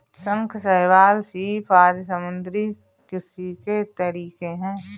शंख, शैवाल, सीप आदि समुद्री कृषि के तरीके है